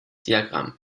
diagramm